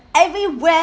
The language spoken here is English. everywhere